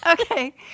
Okay